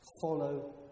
follow